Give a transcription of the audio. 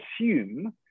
assume